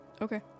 Okay